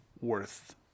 worth